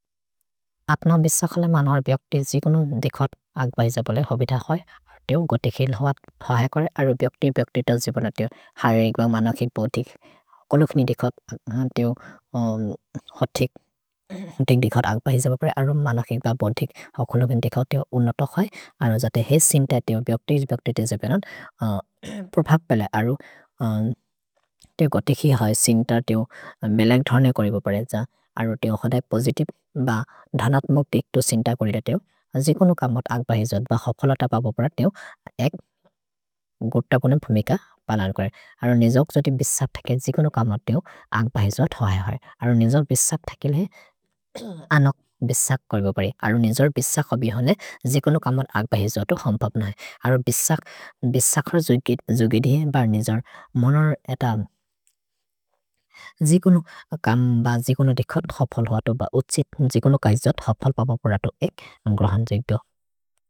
अत्न बिशखल मनहर् ब्यक्ति जि कुन दिखत् अग्बहिज बोले होबिध खोय्। तेओ गतिक् हि हय करे अरो ब्यक्ति ब्यक्ति त जिबन तेओ हरैक् ब मनकिर् बोधिक्। कोलुक्नि दिखत् तेओ होतिक् तिन्ग् दिखत् अग्बहिज बोले अरो मनकिर् ब बोधिक्। हौ खुलबेन् दिखओ तेओ उनत खोय्। अरो जाते हे सिम्त तेओ ब्यक्ति ब्यक्ति त जिबन प्रभब् पेल। अरो तेओ गतिक् हि हय सिम्त तेओ मेलेक् धर्ने करि बोले। अरो तेओ होदय् पोसितिब् ब धनत्मोक् तिक् तु सिम्त कोरि र तेओ। जिकुनु कमत् अग्बहिज ब हफल तप बोपर तेओ एक् गोत कुन फुमिक पलन्करे। अरो निजोक् जोति बिशक् थके जिकुनु कमत् तेओ अग्बहिज थवय है। अरो निजोर् बिशक् थकेले अनक् बिशक् कर्गोपरे। अरो निजोर् बिशक् हबि होने जिकुनु कमत् अग्बहिज तो हम्पप् नहि। अरो निजोर् बिशक् बिशकर् जोगे दिहे ब निजोर् मोनोर् एत जिकुनु कम् ब जिकुनु दिखो धफल् होअतो ब उछित् जिकुनु कैज धफल् पप बोपर तो एक् ग्रहन् जोगे दो।